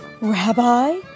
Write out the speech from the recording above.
Rabbi